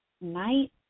night